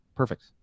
Perfect